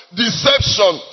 deception